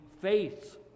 faith